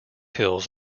hills